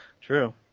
True